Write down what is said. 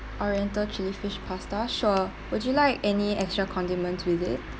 oriental chilli fish pasta sure would you like any extra condiments with it